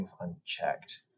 unchecked